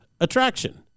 attraction